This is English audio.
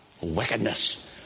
wickedness